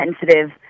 sensitive